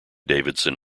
davidson